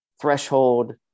threshold